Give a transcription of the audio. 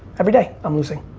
everyday i'm losing.